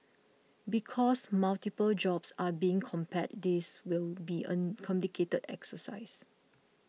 because multiple jobs are being compared this will be an complicated exercise